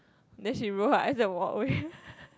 then she roll her eyes and walk away